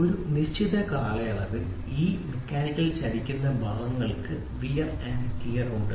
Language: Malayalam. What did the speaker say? ഒരു നിശ്ചിത കാലയളവിൽ ഈ മെക്കാനിക്കൽ ചലിക്കുന്ന ഭാഗങ്ങൾക്ക് വിയർ ആൻഡ് ടിയർ ഉണ്ട്